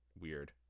Weird